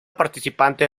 participante